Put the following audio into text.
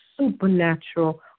supernatural